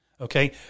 Okay